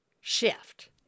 shift